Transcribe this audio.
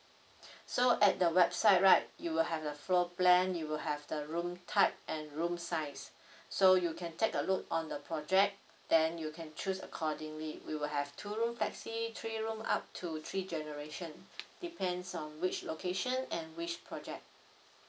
so at the website right you will have the floor plan you will have the room type and room size so you can take a look on the project then you can choose accordingly we will have two rooms flexi three room up to three generation depends on which location and which project